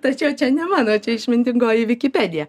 tačiau čia ne mano išmintingoji vikipedija